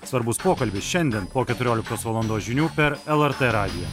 svarbus pokalbis šiandien po keturioliktos valandos žinių per lrt radiją